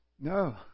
No